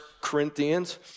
Corinthians